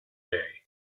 day